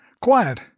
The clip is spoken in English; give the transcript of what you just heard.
Quiet